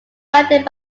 bounded